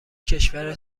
کشور